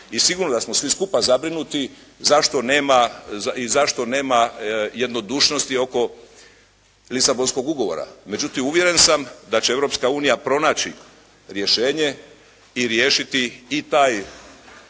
i sigurno da smo svi skupa zabrinuti zašto nema i zašto nema jednodušnosti oko lisabonskog ugovora. Međutim, uvjeren sam da će Europska unija pronaći rješenje i riješiti i taj